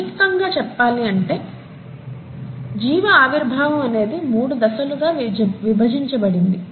సంక్షిప్తంగా చెప్పాలి అంటే జీవ ఆవిర్భావం అనేది మూడు దశలుగా విభజించబడింది